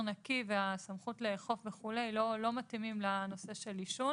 נקי והסמכות לאכוף לא מתאימים לנושא של עישון